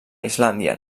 islàndia